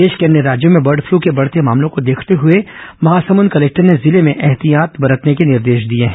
देश के अन्य राज्यों में बर्ड फ्लू के बढ़ते मामले को देखते हुए महासमुंद कलेक्टर ने जिले में ऐहतियात बरतने के निर्देश दिए हैं